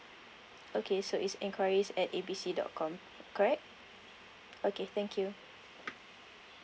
okay so it's enquiries at A B C dot com correct okay thank you